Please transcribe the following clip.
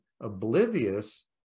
oblivious